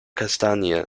kastanie